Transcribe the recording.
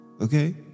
okay